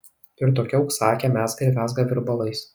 ir tokia auksaakė mezga ir mezga virbalais